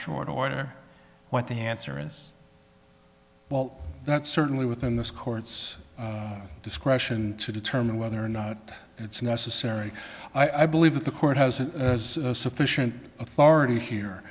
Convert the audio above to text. short order what the answer is well that's certainly within the court's discretion to determine whether or not it's necessary i believe that the court has sufficient authority here